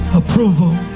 approval